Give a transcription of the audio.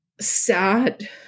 sad